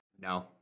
No